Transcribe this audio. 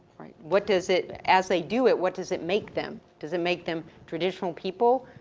right? what does it, as they do it what does it make them? does it make them traditional people?